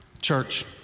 Church